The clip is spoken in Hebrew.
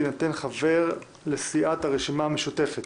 יינתן חבר לסיעת הרשימה המשותפת,